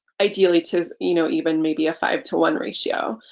ideally to you know even maybe a five to one ratio.